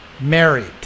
married